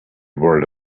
word